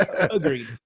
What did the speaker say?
Agreed